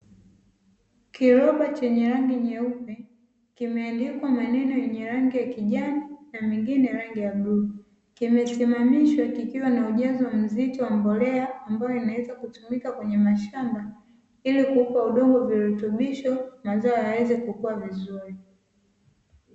Kiroba chenye rangi nyeupe kimeandikwa na maneno yenye rangi ya kijani na mengine ya rangi ya bluu, kimesimamishwa kikiwa na ujazo mzito wa mbolea ambao unaweza kutumika kwenye mashamba ili kuupa udongo virutubisho, mazao yaweze kukua Vizuri.